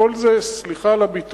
הכול זה, סליחה על הביטוי,